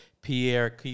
Pierre